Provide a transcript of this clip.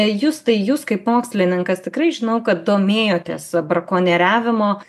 jūs tai jūs kaip mokslininkas tikrai žinau kad domėjotės brakonieriavimo